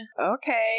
Okay